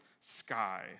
sky